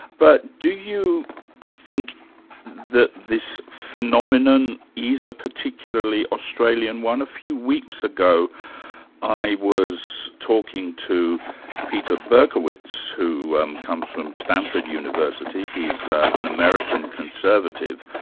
but do you think that this phenomenon is a particularly australian one? a few weeks ago i was talking to peter berkowitz, who comes from stanford university. he's an american conservative,